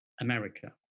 America